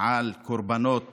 על קורבנות